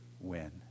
win